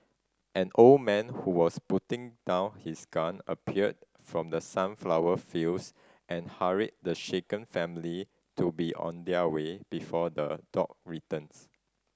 an old man who was putting down his gun appeared from the sunflower fields and hurried the shaken family to be on their way before the dog returns